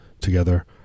together